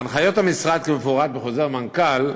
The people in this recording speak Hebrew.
הנחיות המשרד כמפורט בחוזר מנכ"ל,